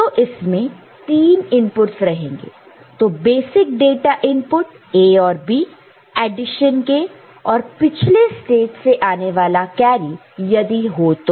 तो इसमें 3 इनपुटस रहेंगे तो बेसिक डाटा इनपुट A और B एडिशन के और पिछले स्टेज से आने वाला कैरी यदि हो तो